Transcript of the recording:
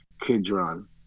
Kidron